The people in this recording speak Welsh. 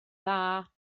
dda